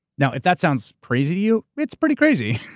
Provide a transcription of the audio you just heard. now if that sounds crazy to you, it's pretty crazy.